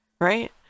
right